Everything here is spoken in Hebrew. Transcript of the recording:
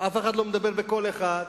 אף אחד לא מדבר בקול אחד,